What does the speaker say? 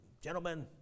gentlemen